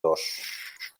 dos